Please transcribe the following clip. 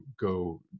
go